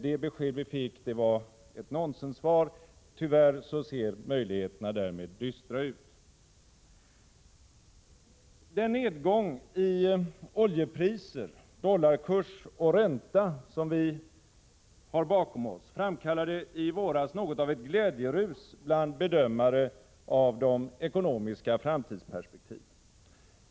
Det besked vi fick var ett nonsenssvar. Tyvärr ser möjligheterna därmed dystra ut. Nedgången i oljepriser, dollarkurs och ränta, som vi har bakom oss, framkallade i våras något av ett glädjerus bland bedömare av de ekonomiska framtidsperspektiven.